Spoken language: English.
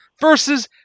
versus